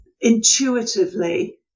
intuitively